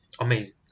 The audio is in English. amazing